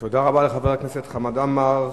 תודה רבה לחבר הכנסת חמד עמאר.